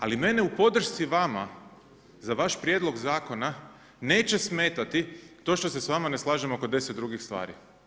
Ali mene u podršci vama za vaš prijedlog zakona neće smetati to što se s vama ne slažem oko 10 drugih stvari.